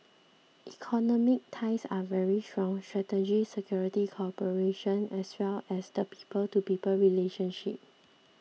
economic ties are very strong strategic security cooperation as well as the people to people relationship